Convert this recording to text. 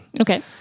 okay